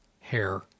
hair